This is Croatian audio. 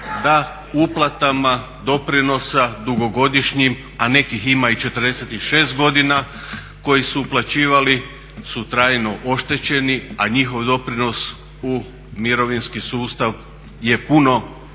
da uplatama doprinosa dugogodišnjim, a nekih ima i 46 godina koji su uplaćivali, su trajno oštećeni a njihov doprinos u mirovinski sustav je puno veći